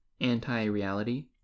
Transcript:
anti-reality